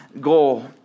goal